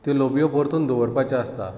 त्यो लोबयो परतून दवरपाच्यो आसतात